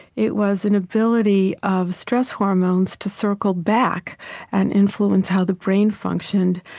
it was an ability of stress hormones to circle back and influence how the brain functioned.